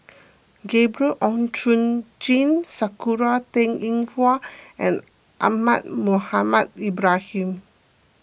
Gabriel Oon Chong Jin Sakura Teng Ying Hua and Ahmad Mohamed Ibrahim